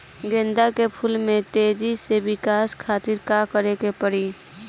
गेंदा के फूल में तेजी से विकास खातिर का करे के पड़ी?